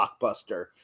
blockbuster